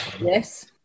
yes